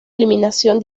eliminación